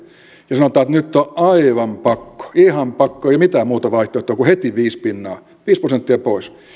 ja sanotaan että nyt on aivan pakko ihan pakko ei ole mitään muuta vaihtoehtoa kuin heti viisi pinnaa viisi prosenttia pois